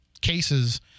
cases